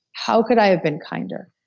how could i have been kinder?